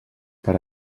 per